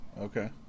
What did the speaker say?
Okay